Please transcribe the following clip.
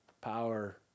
power